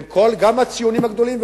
גם הציונים הגדולים,